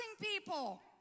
people